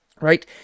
Right